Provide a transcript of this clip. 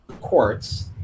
courts